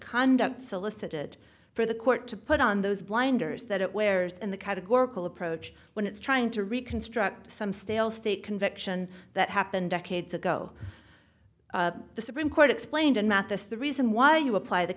conduct solicited for the court to put on those blinders that it wears in the categorical approach when it's trying to reconstruct some stale state conviction that happened decades ago the supreme court explained and mathis the reason why you apply the